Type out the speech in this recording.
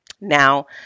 Now